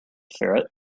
ferret